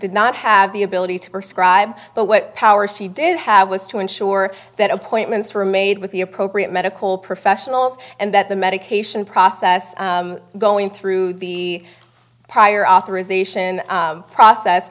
did not have the ability to but what power she did have was to ensure that appointments were made with the appropriate medical professionals and that the medication process going through the prior authorization process